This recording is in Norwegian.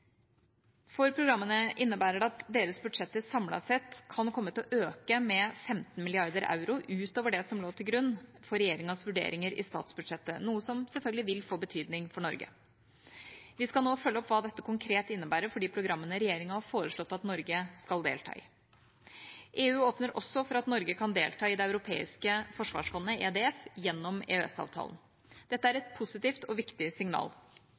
For programmene innebærer det at deres budsjetter samlet sett kan komme til å øke med 15 mrd. euro utover det som lå til grunn for regjeringas vurderinger i statsbudsjettet, noe som selvfølgelig vil få betydning for Norge. Vi skal nå følge opp hva dette konkret innebærer for de programmene regjeringa har foreslått at Norge skal delta i. EU åpner også for at Norge kan delta i det europeiske forsvarsfondet, EDF, gjennom EØS-avtalen. Dette er et positivt og viktig signal.